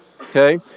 okay